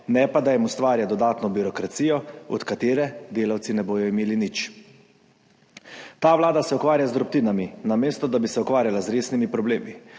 ne pa da jim ustvarja dodatno birokracijo, od katere delavci ne bodo imeli nič. Ta vlada se ukvarja z drobtinami, namesto da bi se ukvarjala z resnimi problemi.